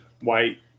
white